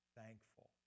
thankful